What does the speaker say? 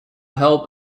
help